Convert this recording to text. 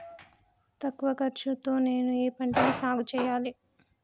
తక్కువ ఖర్చు తో నేను ఏ ఏ పంటలు సాగుచేయాలి?